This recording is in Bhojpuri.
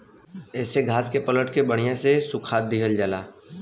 येसे घास के पलट के बड़िया से सुखा दिहल जाला